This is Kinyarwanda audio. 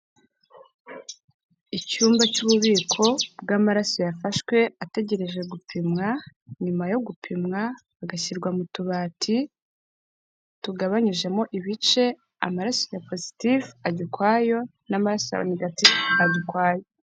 Icyumba cy'ububiko bw'amaraso yafashwe ategereje gupimwa, nyuma yo gupimwa agashyirwa mu tubati tugabanyijemo ibice amaraso ya positifu ajya ukwayo n'amaraso ya negatifu akajya ukwayo.